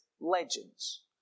legends